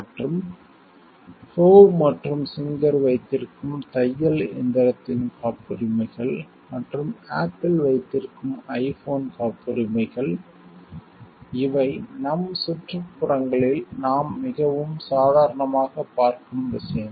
மற்றும் ஹோவ் மற்றும் சிங்கர் வைத்திருக்கும் தையல் இயந்திரத்தின் காப்புரிமைகள் மற்றும் ஆப்பிள் வைத்திருக்கும் ஐபோன் காப்புரிமைகள் இவை நம் சுற்றுப்புறங்களில் நாம் மிகவும் சாதாரணமாக பார்க்கும் விஷயங்கள்